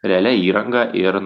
realia įranga ir